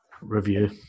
review